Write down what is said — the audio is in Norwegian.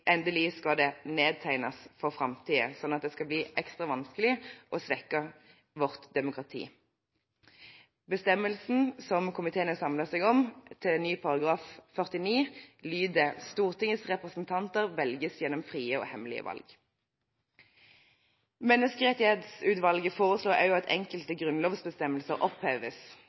endelig skal det nedtegnes for framtiden, slik at det skal bli ekstra vanskelig å svekke vårt demokrati. Bestemmelsen som komiteen har samlet seg om til ny § 49, lyder: «Stortingets representanter velges gjennom frie og hemmelige valg.» Menneskerettighetsutvalget foreslår også at enkelte grunnlovsbestemmelser oppheves,